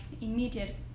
immediate